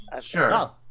Sure